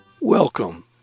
Welcome